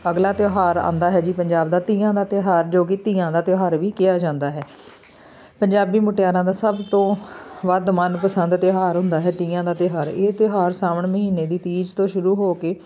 ਅਗਲਾ ਤਿਉਹਾਰ ਆਉਂਦਾ ਹੈ ਜੀ ਪੰਜਾਬ ਦਾ ਤੀਆਂ ਦਾ ਤਿਉਹਾਰ ਜੋ ਕਿ ਧੀਆਂ ਦਾ ਤਿਉਹਾਰ ਵੀ ਕਿਹਾ ਜਾਂਦਾ ਹੈ ਪੰਜਾਬੀ ਮੁਟਿਆਰਾਂ ਦਾ ਸਭ ਤੋਂ ਵੱਧ ਮਨਪਸੰਦ ਤਿਉਹਾਰ ਹੁੰਦਾ ਹੈ ਤੀਆਂ ਦਾ ਤਿਉਹਾਰ ਇਹ ਤਿਉਹਾਰ ਸਾਵਣ ਮਹੀਨੇ ਦੀ ਤੀਜ਼ ਤੋਂ ਸ਼ੁਰੂ ਹੋ ਕੇ